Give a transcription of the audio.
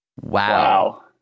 Wow